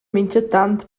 minchatant